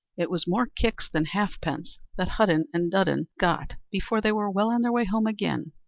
it was more kicks than halfpence that hudden and dudden got before they were well on their way home again,